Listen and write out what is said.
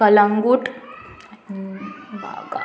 Calangute Baga